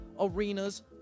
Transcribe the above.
arenas